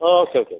okay okay okay